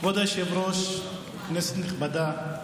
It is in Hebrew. כבוד היושב-ראש, כנסת נכבדה,